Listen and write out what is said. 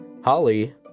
Holly